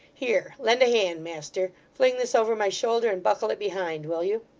here! lend a hand, master. fling this over my shoulder, and buckle it behind, will you